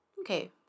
okay